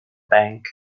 bank